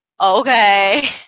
Okay